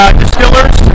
distillers